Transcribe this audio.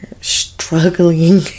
struggling